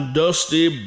dusty